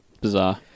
Bizarre